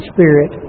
Spirit